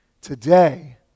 Today